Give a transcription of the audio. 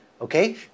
okay